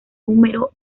número